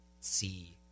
see